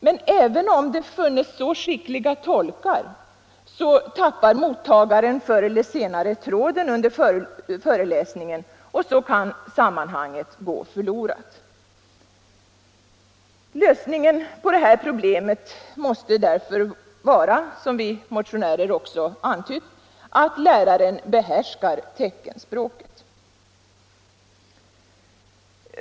Men även om det funnes så skickliga tolkar tappar mottagaren förr eller senare tråden under en föreläsning, och då kan sammanhanget gå förlorat. Lösningen på det problemet måste, som vi motionärer också har antytt, vara att läraren behärskar teckenspråket.